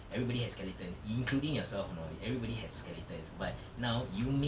everybody has skeletons including yourself you know everybody has skeletons but now you make